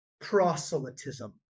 proselytism